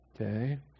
Okay